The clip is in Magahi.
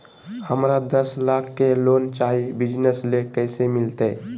हमरा दस लाख के लोन चाही बिजनस ले, कैसे मिलते?